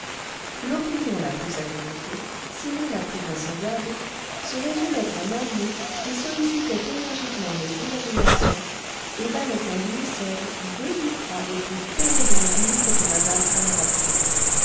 l'opinion la plus accréditée sinon la plus vraisemblable se résumait en un mot qui sollicitait énergiquement les imaginations et valait à lui seul deux ou trois des plus ténébreux livres de mme anne radcliffe